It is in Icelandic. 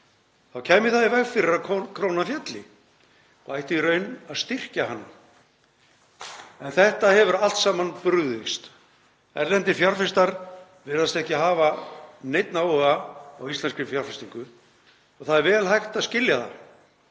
þá kæmi það í veg fyrir að krónan félli. Það ætti í raun að styrkja hana. En þetta hefur allt saman brugðist. Erlendir fjárfestar virðast ekki hafa neinn áhuga á íslenskri fjárfestingu og það er vel hægt að skilja það.